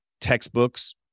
textbooks